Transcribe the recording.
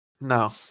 No